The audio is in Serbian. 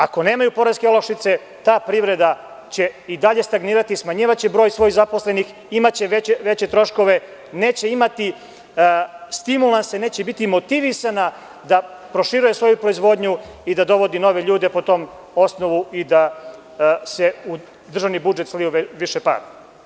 Ako nemaju poreske olakšice, ta privreda će i dalje stagnirati, smanjivaće broj svojih zaposlenih, imaće veće troškove, neće imati stimulanse i neće biti motivisana da proširuje svoju proizvodnju i da dovodi nove ljude po tom osnovu i da se u državni budžet slije više para.